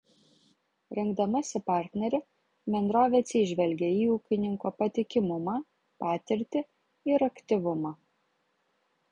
rinkdamasi partnerį bendrovė atsižvelgia į ūkininko patikimumą patirtį ir aktyvumą